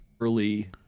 early